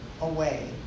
away